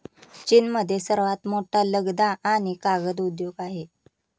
चीनमध्ये सर्वात मोठा लगदा आणि कागद उद्योग आहे